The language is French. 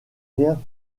rien